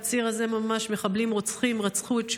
בציר הזה ממש מחבלים רוצחים רצחו את שולי,